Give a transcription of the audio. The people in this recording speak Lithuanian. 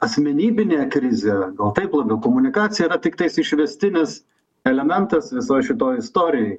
asmenybinė krizė gal taip labiau komunikacija yra tiktais išvestinis elementas visoj šitoj istorijoj